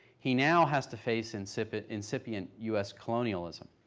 he now has to face insipid, incipient u s. colonialism.